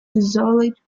desolate